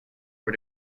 for